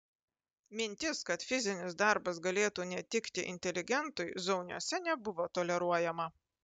mintis kad fizinis darbas galėtų netikti inteligentui zauniuose nebuvo toleruojama